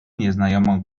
nieznajomą